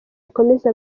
ikomeze